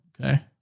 Okay